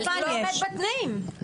הוא לא עומד בתנאים.